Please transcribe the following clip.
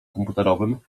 komputerowym